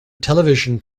television